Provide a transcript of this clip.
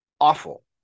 awful